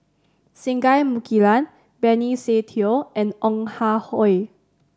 Singai Mukilan Benny Se Teo and Ong Ah Hoi